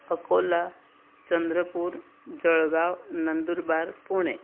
Akola Chandrapur Jalgaon Nandurbar Pune